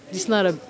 it's not a